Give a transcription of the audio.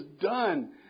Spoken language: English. done